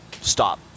stop